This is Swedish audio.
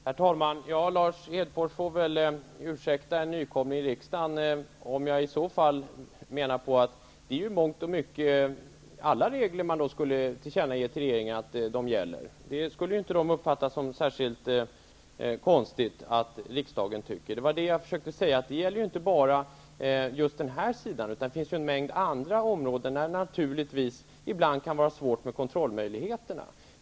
Herr talman! Lars Hedfors får väl ursäkta en nykomling i riksdagen, men i så fall skulle man behöva ge regeringen till känna att alla regler gäller. Att riksdagen tycker detta borde inte regeringen uppfatta som särskilt konstigt. Det var det jag försökte säga. Det här gäller inte bara detta område, utan det finns en mängd andra områden där det ibland kan vara svårt med kontrollmöjligheter.